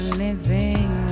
living